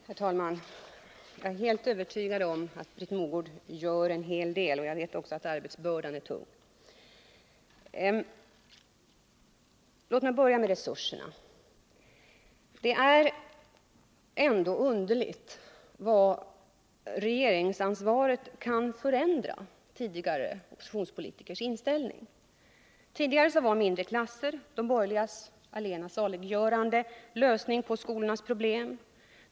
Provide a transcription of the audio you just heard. Herr talman! Jag är helt övertygad om att Britt Mogård gör en hel del, och jag vet också att arbetsbördan är tung. Låt mig börja med resurserna. Det är ändå underligt vad regeringsansvaret kan förändra tidigare oppositionspolitikers inställning. Förr var mindre klasser de borgerligas allena saliggörande lösning på skolans problem.